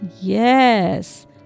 Yes